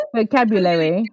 Vocabulary